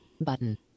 button